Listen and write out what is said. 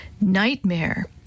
nightmare